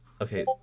Okay